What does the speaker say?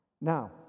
now